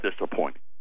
disappointing